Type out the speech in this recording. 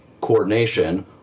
coordination